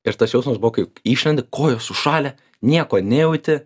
ir tas jausmas buvo kaip išlendi kojos sušalę nieko nejauti